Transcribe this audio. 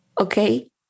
Okay